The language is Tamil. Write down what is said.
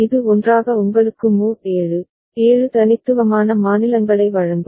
இது ஒன்றாக உங்களுக்கு மோட் 7 7 தனித்துவமான மாநிலங்களை வழங்கும்